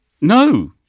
No